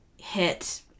hit